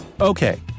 Okay